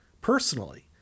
personally